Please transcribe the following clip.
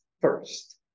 first